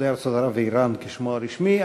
יהודי ארצות ערב ואיראן, כשמו הרשמי.